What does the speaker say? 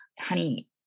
honey